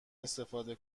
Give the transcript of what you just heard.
استفاده